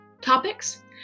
topics